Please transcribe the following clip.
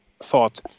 thought